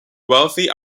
wealthy